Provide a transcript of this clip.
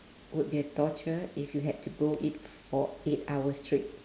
would be torture if you have to do it for eight hours straight